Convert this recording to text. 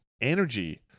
energy